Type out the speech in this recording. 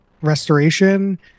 restoration